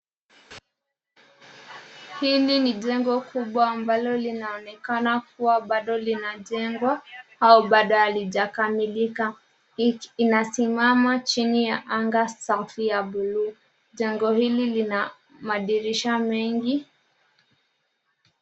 Hili ni jengo kubwa ambalo linaonekana kuwa bado linajengwa au bado halijakamilika. Inasimama chini ya anga safi ya buluu. Jengo hili lina madirisha mengi.